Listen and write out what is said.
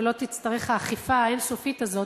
ולא תצטרך להיות האכיפה האין-סופית הזאת,